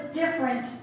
different